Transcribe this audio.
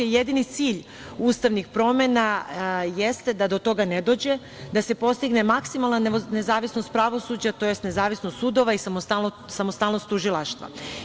Jedini cilj ustavnih promena jeste da do toga ne dođe, da se postigne maksimalna nezavisnost pravosuđa, tj. nezavisnost sudova i samostalnost tužilaštva.